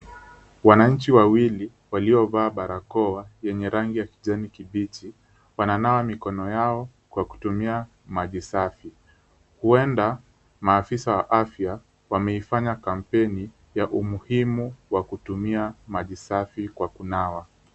Wananchi wawili waliovaa barakoa yenye rangi ya kijani kibichi, wananawa mikono yao kwa kutumia maji safi. Huenda maafisa wa afya wameifanya kampeni ya umuhimu wa kutumia maji safi kwa kunawa.